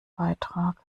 beitrag